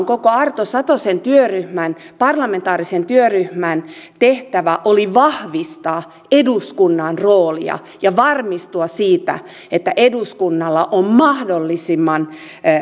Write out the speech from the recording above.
koko arto satosen työryhmän parlamentaarisen työryhmän tehtävä oli vahvistaa eduskunnan roolia ja varmistua siitä että eduskunnalla on mahdollisimman